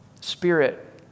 spirit